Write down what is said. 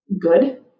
good